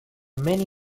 many